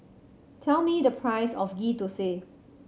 tell me the price of Ghee Thosai